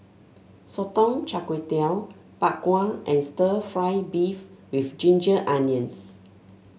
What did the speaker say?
Sotong Char Kway Bak Kwa and stir fry beef with Ginger Onions